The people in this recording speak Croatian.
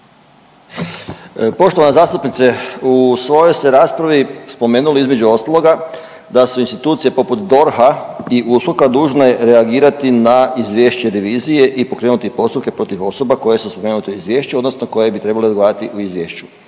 Poštovana zastupnice u svojoj ste raspravi spomenuli između ostaloga da su institucije poput DORH-a i USKOK-a dužne reagirati na izvješće revizije i pokrenuti postupke protiv osoba koje su spomenute u izvješću, odnosno koje bi trebale odgovarati u izvješću.